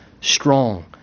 strong